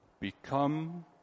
Become